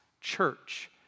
church